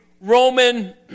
Roman